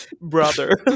Brother